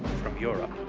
from europe.